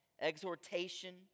exhortation